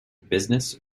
business